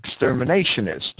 exterminationist